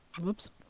whoops